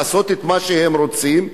לעשות את מה שהם רוצים,